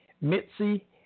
Mitzi